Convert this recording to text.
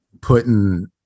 putting